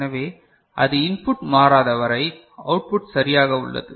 எனவே அது இன்புட் மாறாதவரை அவுட்புட் சரியாக உள்ளது